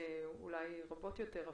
הן אולי רבות יותר.